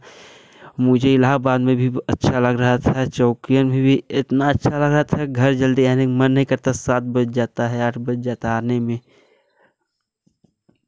मुझे इलाहाबाद में भी अच्छा लग रहा था चौकिया में भी इतना अच्छा लग रहा था घर जल्दी आने में मन नहीं करता सात बज जाता है आठ बज जाता आने में